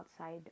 outside